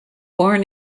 born